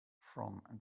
from